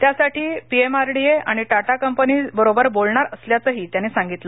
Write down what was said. त्यासाठी पीएमआरडीए आणि टाटा कंपनीबरोबर बोलणार असल्याचंही त्यांनी सांगितलं